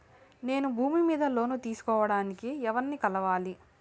నేను భూమి మీద లోను తీసుకోడానికి ఎవర్ని కలవాలి?